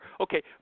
Okay